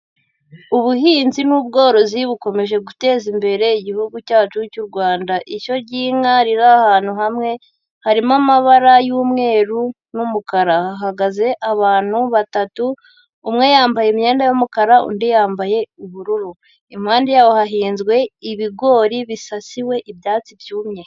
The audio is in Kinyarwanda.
Ubuhinzi n'ubworozi bukomeje guteza imbere igihugu cyacu cy'u Rwanda. ishyo ry'inka riri ahantu hamwe, harimo amabara y'umweru n'umukara, hahagaze abantu batatu, umwe yambaye imyenda y'umukara, undi yambaye ubururu, impande yaho hahinzwe ibigori bisasiwe ibyatsi byumye.